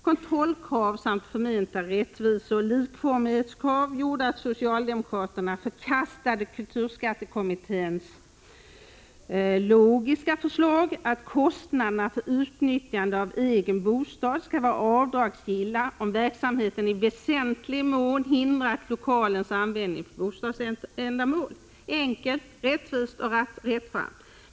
Kontrollkrav samt förmenta rättviseoch likformighetskrav gjorde att socialdemokraterna förkastade kulturskattekommitténs logiska förslag ”att kostnaderna för utnyttjandet av egen bostad skall vara avdragsgilla om verksamheten i väsentlig mån hindrat lokalens användning för bostadsändamål”. Enkelt, rättvist och rättframt!